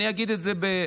אני אגיד את זה בעדינות.